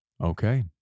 Okay